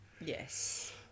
yes